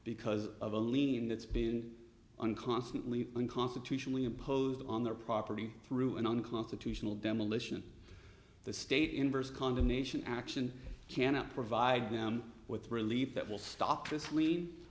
because of a lien that's been on constantly unconstitutionally imposed on their property through an unconstitutional demolition of the state inverse condemnation action cannot provide them with relief that will stop this lea